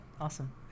awesome